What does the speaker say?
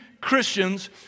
Christians